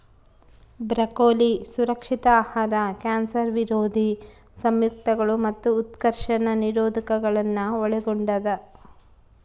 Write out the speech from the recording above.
broccoli ಸುರಕ್ಷಿತ ಆಹಾರ cancer ವಿರೋಧಿ ಸಂಯುಕ್ತಗಳು ಮತ್ತು ಉತ್ಕರ್ಷಣ ನಿರೋಧಕಗುಳ್ನ ಒಳಗೊಂಡಿದ